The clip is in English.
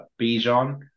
Bijan